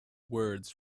words